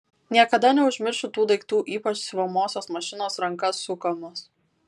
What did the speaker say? niekada neužmiršiu tų daiktų ypač siuvamosios mašinos ranka sukamos